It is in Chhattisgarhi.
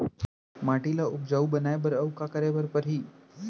माटी ल उपजाऊ बनाए बर अऊ का करे बर परही?